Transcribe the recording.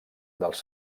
dels